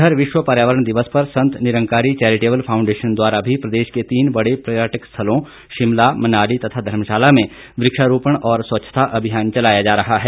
इधर विश्व पर्यावरण दिवस पर संत निरंकारी चैरिटेबल फाउंडेशन द्वारा भी प्रदेश के तीन बड़े पर्यटन स्थलों शिमला मनाली तथा धर्मशाला में वृक्षारोपण और स्वच्छता अभियान चलाया जा रहा है